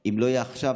אם לא יהיו עכשיו,